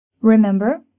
Remember